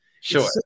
Sure